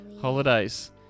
Holidays